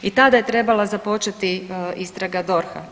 I tada je trebala započeti istraga DORH-a.